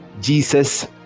jesus